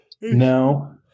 no